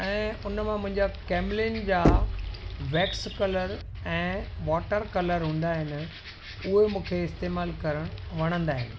ऐं उन मां मुंहिंजा कैमलिनि जा वैक्स कलर ऐं वॉटर कलर हूंदा आहिनि उहे मूंखे इस्तेमालु करणु वणंदा आहिनि